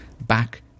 back